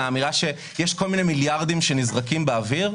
על האמירה שיש כל מיני מיליארדים שנזרקים לאוויר.